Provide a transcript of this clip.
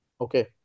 Okay